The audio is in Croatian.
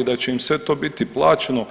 i da će im sve to biti plaćeno.